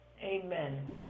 Amen